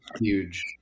huge